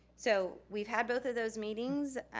so we've had both of those meetings.